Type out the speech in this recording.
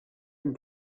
and